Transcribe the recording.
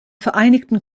vereinigten